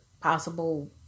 possible